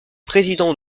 président